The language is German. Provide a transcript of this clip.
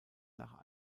nach